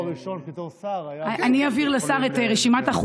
הראשון של השר בתור שר היה בבית חולים